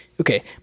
Okay